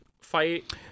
fight